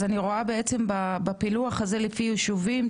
אז אני רואה בעצם בפילוח הזה לפי יישובים,